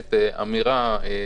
במצגת אמירה.